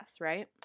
right